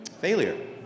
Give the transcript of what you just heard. failure